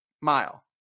mile